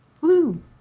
Woo